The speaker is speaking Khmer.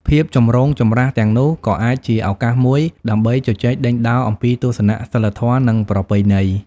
ភាពចម្រូងចម្រាសទាំងនោះក៏អាចជាឱកាសមួយដើម្បីជជែកដេញដោលអំពីទស្សនៈសីលធម៌និងប្រពៃណី។